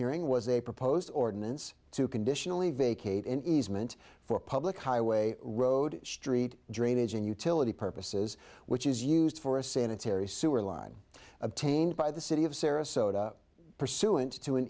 hearing was a proposed ordinance to conditionally vacate an easement for public highway road street drainage and utility purposes which is used for a sanitary sewer line obtained by the city of sarasota pursuant to